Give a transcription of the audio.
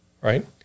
right